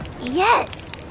Yes